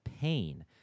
pain